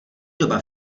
doba